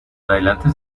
adelante